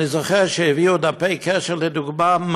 ואני זוכר שהביאו דפי קשר לדוגמה,